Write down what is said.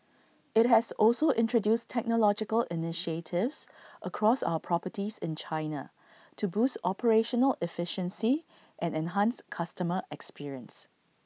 IT has also introduced technological initiatives across our properties in China to boost operational efficiency and enhance customer experience